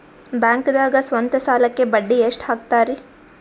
ಬ್ಯಾಂಕ್ದಾಗ ಸ್ವಂತ ಸಾಲಕ್ಕೆ ಬಡ್ಡಿ ಎಷ್ಟ್ ಹಕ್ತಾರಿ?